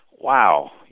wow